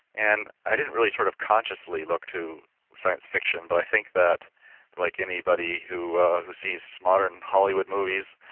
and i didn't really sort of consciously look to science fiction, but i think that like anybody who who sees modern hollywood movies,